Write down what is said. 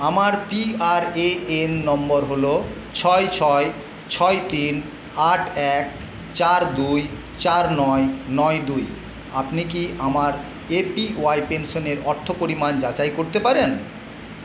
আমার পিআরএএন নম্বর হল ছয় ছয় ছয় তিন আট এক চার দুই চার নয় নয় দুই আপনি কি আমার এপিওয়াই পেনশনের অর্থ পরিমাণ যাচাই করতে পারেন